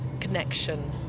connection